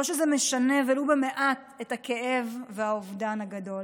לא שזה משנה ולו במעט את הכאב והאובדן הגדול.